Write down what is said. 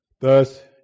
Thus